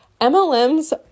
MLMs